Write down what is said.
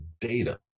data